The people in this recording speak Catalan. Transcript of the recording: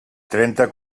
trenta